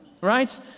right